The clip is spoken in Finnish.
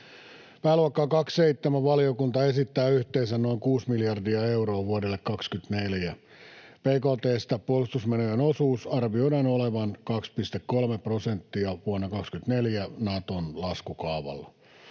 Pääluokkaan 27 valiokunta esittää yhteensä noin kuusi miljardia euroa vuodelle 24. Puolustusmenojen osuuden arvioidaan olevan 2,3 prosenttia bkt:stä vuonna 24 Naton laskukaavalla.